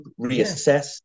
reassess